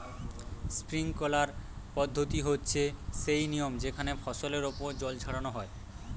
sprinkler পদ্ধতি হচ্ছে সেই নিয়ম যেখানে ফসলের ওপর জল ছড়ানো হয়